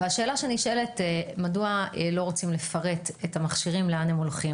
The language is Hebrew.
השאלה שנשאלת: מדוע לא רוצים לפרט לאן המכשירים הולכים.